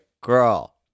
Girl